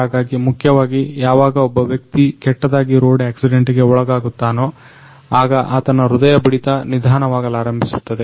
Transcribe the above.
ಹಾಗಾಗಿ ಮುಖ್ಯವಾಗಿ ಯಾವಾಗ ಒಬ್ಬ ವ್ಯಕ್ತಿ ಕೆಟ್ಟದಾಗಿ ರೋಡ್ ಆಕ್ಸಿಡೆಂಟ್ಗೆ ಒಳಗಾಗುತ್ತಾನೊ ಆಗ ಆತನ ಹೃದಯ ಬಡಿತ ನಿಧಾನವಾಗಲಾರಂಭಿಸುತ್ತದೆ